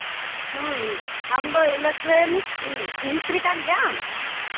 ᱦᱮᱸ ᱟᱢᱫᱚ ᱤᱞᱮᱠᱴᱨᱚᱱᱤᱠ ᱢᱤᱥᱛᱨᱤ ᱠᱟᱱ ᱜᱮᱭᱟᱢ